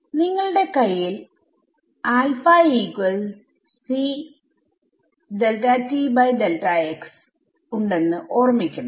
നിങ്ങളുടെ കയ്യിൽ ഉണ്ടെന്ന് ഓർമിക്കണം